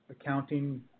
accounting